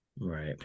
right